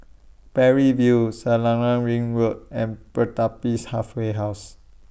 Parry View Selarang Ring Road and Pertapis Halfway House